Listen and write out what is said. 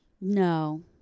No